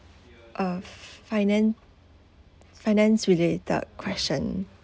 uh f~ finance finance related question